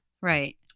Right